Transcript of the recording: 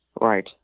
Right